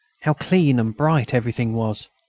how clean and bright everything was!